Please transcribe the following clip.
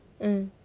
mm